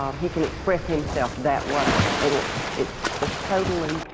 he can express himself that way and it's it's just totally